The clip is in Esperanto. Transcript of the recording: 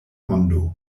mondo